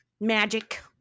magic